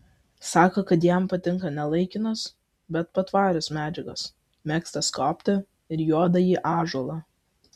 sako kad jam patinka ne laikinos bet patvarios medžiagos mėgsta skobti ir juodąjį ąžuolą